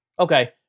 Okay